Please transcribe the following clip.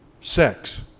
sex